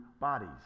bodies